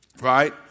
right